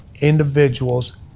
individuals